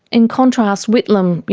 in contrast whitlam,